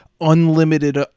unlimited